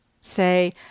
Say